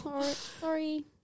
Sorry